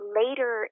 later